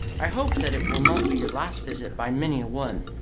i hope that it will not be your last visit by many a one.